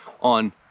on